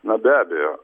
na be abejo